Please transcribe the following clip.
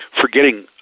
Forgetting